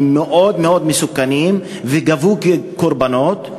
הם מאוד מאוד מסוכנים וגבו קורבנות,